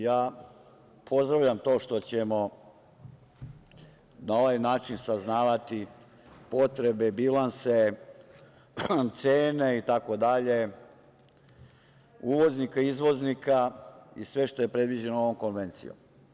Ja pozdravljam to što ćemo na ovaj način saznavati potrebe, bilanse, cene, itd. uvoznika, izvoznika i sve što je predviđeno ovom Konvencijom.